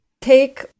take